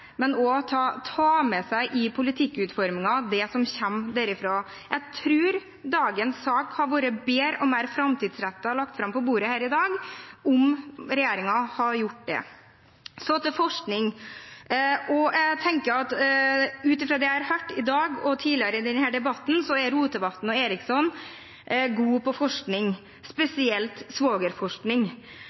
men også ta med seg i politikkutformingen det som kommer derifra. Jeg tror dagens sak hadde vært bedre og mer framtidsrettet lagt fram på bordet her i dag, om regjeringen hadde gjort det. Så til forskning. Jeg tenker at ut ifra det jeg har hørt i dag i debatten og tidligere, er Rotevatn og Eriksson gode på forskning, spesielt svogerforskning.